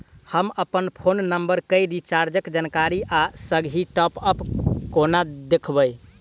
हम अप्पन phone number केँ रिचार्जक जानकारी आ संगहि टॉप अप कोना देखबै?